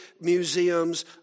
museum's